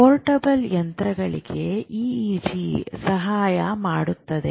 portable ಯಂತ್ರಗಳಿಗೆ EEG ಸಹಾಯ ಮಾಡುತ್ತದೆ